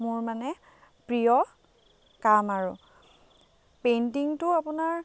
মোৰ মানে প্ৰিয় কাম আৰু পেইণ্টিংটো আপোনাৰ